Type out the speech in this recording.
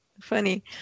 Funny